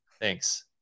Thanks